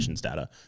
data